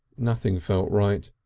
nothing felt right.